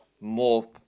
more